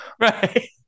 right